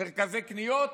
מרכזי קניות?